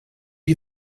you